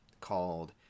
called